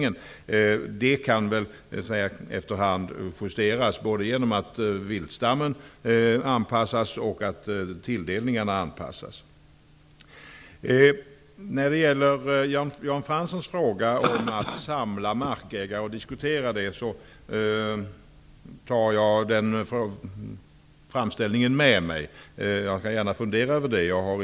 Men det skulle kunna justeras i efterhand, genom att både viltstammen och tilldelningen anpassas. Jan Franssons framställning om att samla markägare för att diskutera frågan vill jag ta med mig. Jag skall fundera över det här.